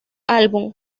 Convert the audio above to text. álbum